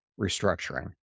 restructuring